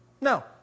no